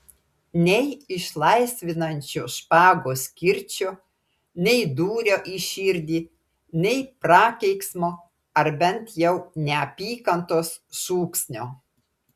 nei išlaisvinančio špagos kirčio nei dūrio į širdį nei prakeiksmo ar bent jau neapykantos šūksnio